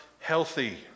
healthy